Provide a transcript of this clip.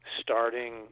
starting